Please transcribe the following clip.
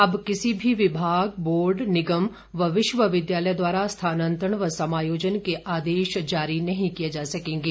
अब किसी भी विभाग बोर्ड निगम व विश्वविद्यालय द्वारा स्थानांतरण व समायोजन के आदेश जारी नहीं किए जा सकेंगे